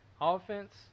offense